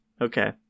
Okay